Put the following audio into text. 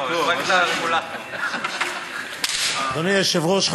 אדוני היושב-ראש,